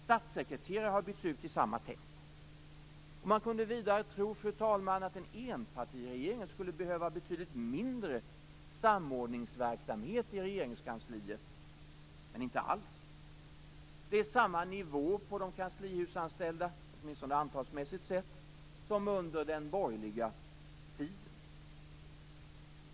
Statssekreterare har bytts ut i samma tempo. Man kunde vidare tro, fru talman, att en enpartiregering skulle behöva betydligt mindre samordningsverksamhet i Regeringskansliet, men inte alls. Det är samma nivå på de kanslihusanställda, åtminstone antalsmässigt sett, som under den borgerliga tiden.